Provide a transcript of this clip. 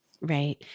right